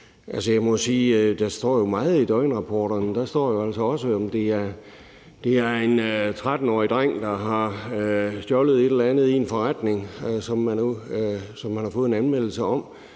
jo står meget døgnrapporterne. Der står altså også, om det er en 13-årig dreng, der har stjålet et eller andet i en forretning, som politiet så har fået en anmeldelse om.